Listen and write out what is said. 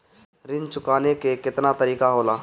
ऋण चुकाने के केतना तरीका होला?